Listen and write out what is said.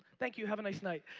thank you, have a nice night.